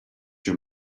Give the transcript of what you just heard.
your